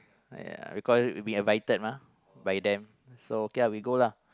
uh recall we invited mah by them so okay ah we go lah